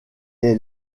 est